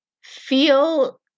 feel